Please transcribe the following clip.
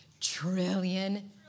trillion